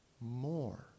more